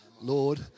Lord